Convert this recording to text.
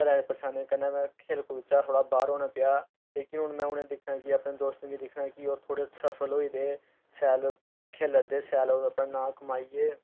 घरै दी परेशानी कन्नै में थोह्ड़ा खेल कूद चा बाह्र होना पेआ लेकिन हून में एह् दिक्खना कि अपने दोस्त गी दिक्खना कि ओह् थोह्ड़े सफल होई दे शैल खेढा दे शैल ओह् अपना नांऽ कमाई गे